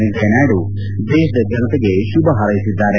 ವೆಂಕಯ್ಲನಾಯ್ಲು ದೇಶದ ಜನತೆಗೆ ಶುಭ ಹಾರ್ಲೆಸಿದ್ದಾರೆ